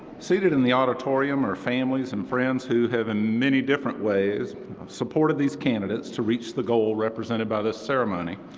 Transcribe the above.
seated in the auditorium are families and friends who have in many different ways supported these candidates to reach the goal represented by this ceremony.